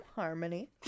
Harmony